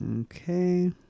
Okay